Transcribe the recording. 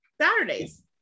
Saturdays